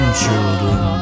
children